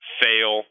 fail